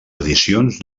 edicions